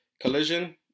Collision